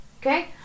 Okay